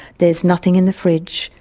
there is nothing in the fridge,